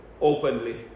openly